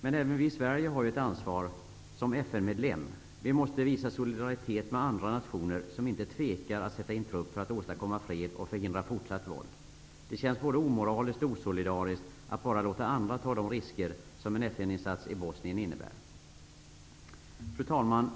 Men även vi i Sverige har ett ansvar som FN:s medlemsstat. Vi måste visa solidaritet med andra nationer som inte tvekar att sätta in trupp för att åstadkomma fred och förhindra fortsatt våld. Det känns både omoraliskt och osolidariskt att bara låta andra ta de risker som en FN-insats i Bosnien innebär. Fru talman!